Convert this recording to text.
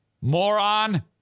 moron